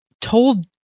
told